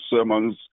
sermons